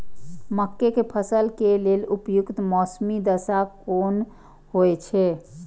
मके के फसल के लेल उपयुक्त मौसमी दशा कुन होए छै?